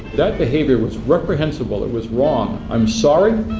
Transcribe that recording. that behaviour was reprehensible, it was wrong. i'm sorry.